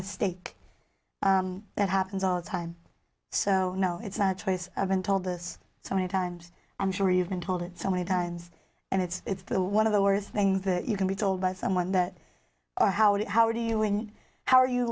mistake that happens all the time so no it's not a choice of and told us so many times i'm sure you've been told it so many times and it's the one of the worst thing that you can be told by someone that or how do you how do you and how are you